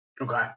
Okay